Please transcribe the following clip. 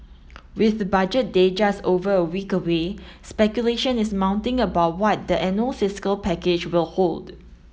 with the Budget Day just over a week away speculation is mounting about what the annual fiscal package will hold